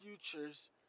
futures